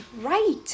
right